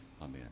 Amen